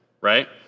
right